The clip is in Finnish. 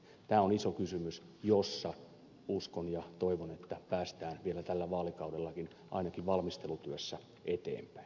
tämä on iso kysymys jossa uskon ja toivon että päästään vielä tällä vaalikaudellakin ainakin valmistelutyössä eteenpäin